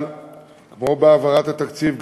אבל כמו בהעברת התקציב,